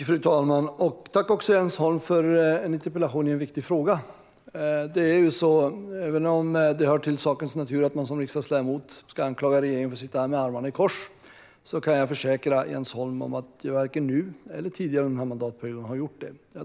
Fru talman! Jag tackar Jens Holm för en interpellation i en viktig fråga. Även om det hör till sakens natur att man som riksdagsledamot ska anklaga regeringen för att sitta med armarna i kors kan jag försäkra Jens Holm att jag varken nu eller tidigare under denna mandatperiod har gjort det.